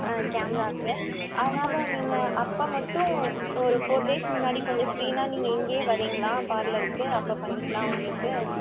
ஆ கேமராவுக்கு அதனால நீங்கள் அப்போ மட்டும் ஒரு ஃபோர் டேஸ் முன்னாடி கொஞ்சம் ஃப்ரீனால் நீங்கள் இங்கேயே வரீங்களா பார்லருக்கு அப்போ பண்ணிக்கலாம் உங்களுக்கு